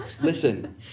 listen